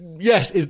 yes